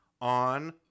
on